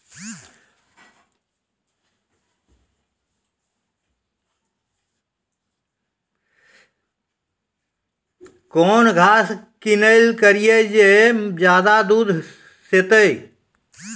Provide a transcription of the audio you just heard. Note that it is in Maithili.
कौन घास किनैल करिए ज मे ज्यादा दूध सेते?